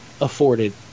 afforded